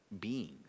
beings